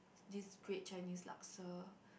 this great Chinese laksa